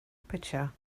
aperture